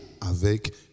avec